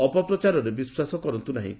ଅପପ୍ରଚାରରେ ବିଶ୍ୱାସ କରନ୍ତୁ ନାହିଁ